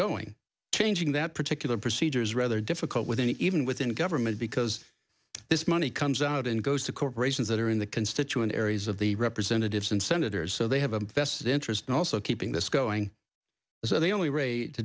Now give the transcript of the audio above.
going to change in that particular procedure is rather difficult with and even within government because this money comes out and goes to corporations that are in the constituent areas of the representatives and senators so they have a vested interest in also keeping this going so the only way to